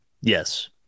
Yes